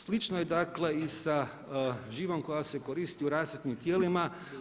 Slično je dakle i sa živom koja se koristi u rasvjetnim tijelima.